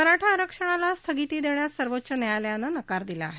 मराठा आरक्षणाला स्थगिती देण्यास सर्वोच्च न्यायालयानं नकार दिला आहे